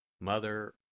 Mother